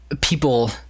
people